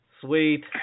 Sweet